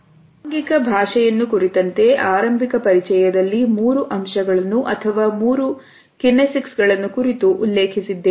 ಆಂಗಿಕ ಭಾಷೆಯನ್ನು ಕುರಿತಂತೆ ಆರಂಭಿಕ ಪರಿಚಯದಲ್ಲಿ ಮೂರು ಅಂಶಗಳನ್ನು ಅಥವಾ ಮೂರು ಕಿಸಿಕ್ಸ್ ಗಳನ್ನು ಕುರಿತು ಉಲ್ಲೇಖಿಸಿದ್ದೇನೆ